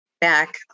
back